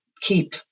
keep